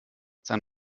sein